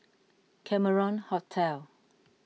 Cameron Hotel